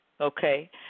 okay